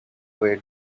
wait